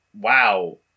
wow